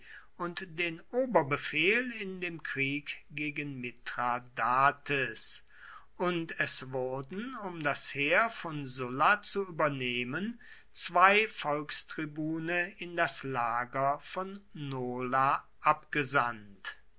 und den oberbefehl in dem krieg gegen mithradates und es wurden um das heer von sulla zu übernehmen zwei volkstribune in das lager von nola abgesandt